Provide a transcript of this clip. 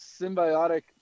symbiotic